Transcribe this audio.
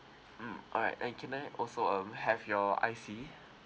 mm all right and can I also um have your I_C